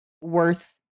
worth